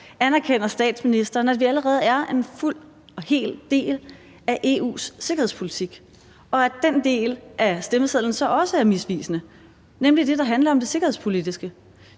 Anerkender statsministeren, at vi allerede er en fuld og hel del af EU's sikkerhedspolitik, og at den del af stemmesedlen så også er misvisende, nemlig det, der handler om det sikkerhedspolitiske?